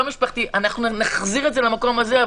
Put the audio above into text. לא משפחתי נחזיר את זה למקום הזה,